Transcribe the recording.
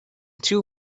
two